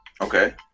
Okay